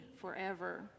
forever